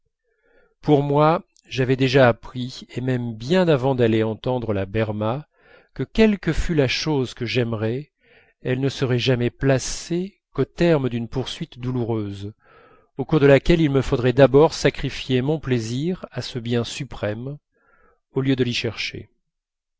pour moi j'avais déjà appris et même bien avant d'aller entendre la berma que quelle que fût la chose que j'aimerais elle ne serait jamais placée qu'au terme d'une poursuite douloureuse au cours de laquelle il me faudrait d'abord sacrifier mon plaisir à ce bien suprême au lieu de l'y chercher